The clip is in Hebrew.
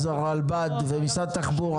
הרלב"ד ומשרד התחבורה,